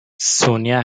sonia